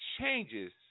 changes